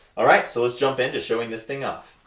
alright so lets jump into showing this thing off,